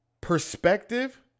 perspective